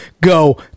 go